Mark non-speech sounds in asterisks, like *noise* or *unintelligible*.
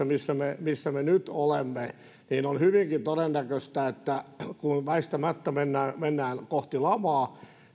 *unintelligible* missä me missä me nyt olemme on hyvinkin todennäköistä että kun väistämättä mennään mennään kohti lamaa